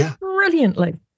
brilliantly